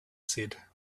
said